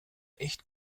echt